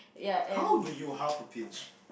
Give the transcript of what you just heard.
how do you half a pinch